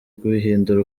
kwihindura